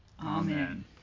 Amen